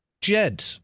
Jed